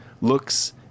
looks